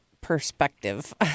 perspective